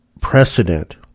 precedent